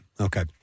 Okay